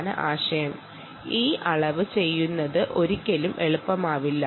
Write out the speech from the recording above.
noise കാരണം ഇത് measure ചെയ്യുന്നത് ഒരിക്കലും എളുപ്പമല്ല